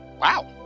wow